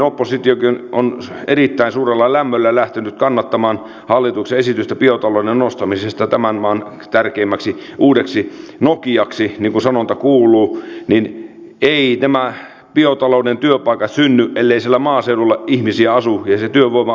oppositiokin on erittäin suurella lämmöllä lähtenyt kannattamaan hallituksen esitystä biotalouden nostamisesta tämän maan tärkeimmäksi uudeksi nokiaksi niin kuin sanonta kuuluu mutta eivät nämä biotalouden työpaikat synny ellei siellä maaseudulla ihmisiä asu ja se työvoima asu siellä